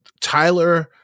Tyler